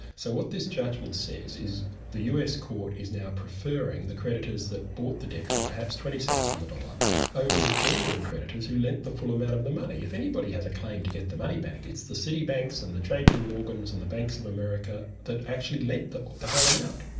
so what this judgement says is the us court is now preferring the creditors that bought the debt for perhaps twenty cents on the dollar over the genuine creditors who lent the full amount of the money. if anybody has a claim to get the money back, it's the city banks and the jp morgans and the banks of america that actually lent the the whole amount.